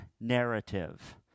narrative